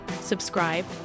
subscribe